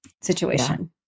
situation